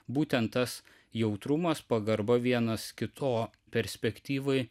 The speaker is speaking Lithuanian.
būtent tas jautrumas pagarba vienas kito perspektyvai